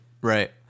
right